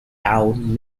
town